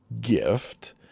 gift